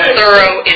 thorough